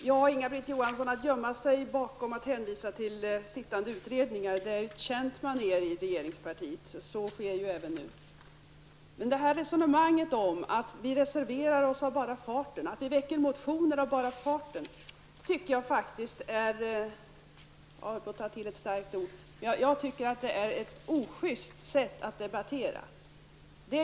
Herr talman! Inga-Britt Johansson, att hänvisa till sittande utredningar är ett känt manér i regeringspartiet, och så sker även nu. Men resonemanget om att vi reserverar oss av bara farten och att vi väcker motioner av bara farten, tycker jag faktiskt är ett osjyst sätt att debattera -- jag höll på att ta till ett starkare ord.